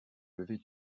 levée